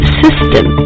system